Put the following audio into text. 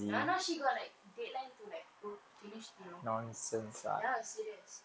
nah now she got like deadline to like go finish you know ya serious